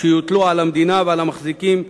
שיוטלו על המדינה ועל המחזיקים בבעלי-חיים.